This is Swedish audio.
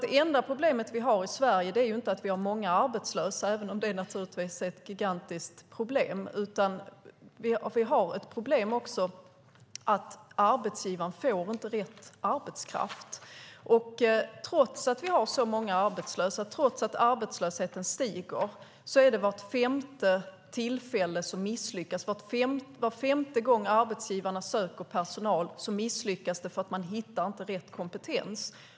Det enda problemet i Sverige är inte att vi har många arbetslösa, även om det naturligtvis är ett gigantiskt problem, utan vi har också problemet att arbetsgivarna inte får rätt arbetskraft. Trots att vi har så många arbetslösa, trots att arbetslösheten ökar, misslyckas vart femte tillfälle, var femte gång som arbetsgivarna söker personal misslyckas de eftersom de inte hittar rätt kompetens.